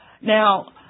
now